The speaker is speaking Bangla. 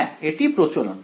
হ্যাঁ এটি প্রচলন